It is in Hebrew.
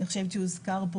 אני חושבת שהוזכר פה,